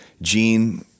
Gene